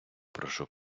прошу